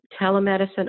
telemedicine